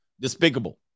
Despicable